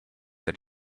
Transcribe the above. that